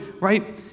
right